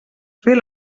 fer